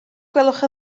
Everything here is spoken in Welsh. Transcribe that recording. gwelwch